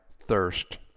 thirst